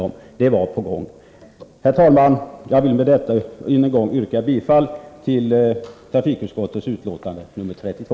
Med detta vill jag än en gång yrka bifall till trafikutskottets hemställan i betänkande 32.